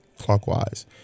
clockwise